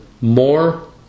more